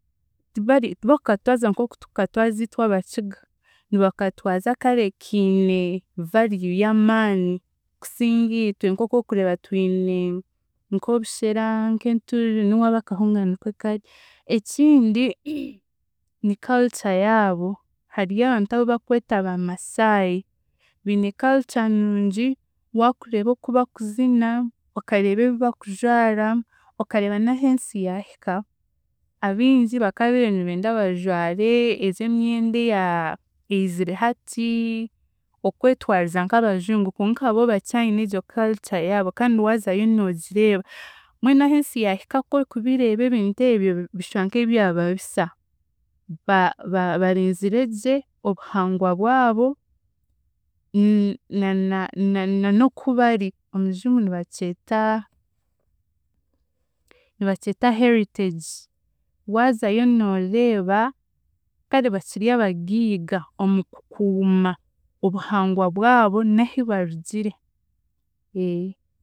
Bari tibakukatwaza nk'oku tukukatwaza itwe Abakiga. Nibakatwaza kare kiine value y'amaani kusinga itwe nk'oku okureeba twine nk'obushere, nk'enturire n'owaabo akahunga nikwe kari. Ekindi ni culture yaabo hariyo abantu abu bakweta ba Masai biine culture nungi waakureeba oku bakuzina okareeba ebi bakujwara okareeba n'ah'ensi yaahika, abingi bakaabiire nibenda bajware ezi emyenda eya eizire hati, okwetwaza nk'abajungu konka bo bakyaine egyo culture yaabo kandi waazayo noogireeba. Mbwenu ah'ensi yaahika kwokubireeba ebintu ebyo bishwa nk'ebyaba bisa ba- ba- barinziregye obuhangwa bwabo na- na- na- n'oku bari omu Rujungu nibakyeta, nibakyeta heritage, waazayo nooreeba kare bakiri abagaiga omu- omuobuhangwa bwabo n'ahi barugire.